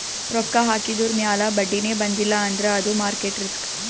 ರೊಕ್ಕಾ ಹಾಕಿದುರ್ ಮ್ಯಾಲ ಬಡ್ಡಿನೇ ಬಂದಿಲ್ಲ ಅಂದ್ರ ಅದು ಮಾರ್ಕೆಟ್ ರಿಸ್ಕ್